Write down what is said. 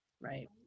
right